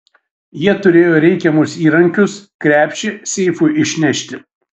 jie turėjo reikiamus įrankius krepšį seifui išnešti